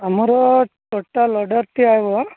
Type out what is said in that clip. ଆମର total order ଦିଆ ହେବ